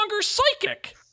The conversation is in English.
psychic